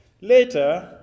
Later